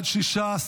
הצבעה.